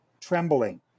Trembling